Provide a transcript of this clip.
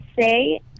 say